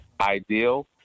ideal